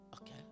Okay